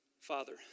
Father